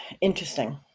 interesting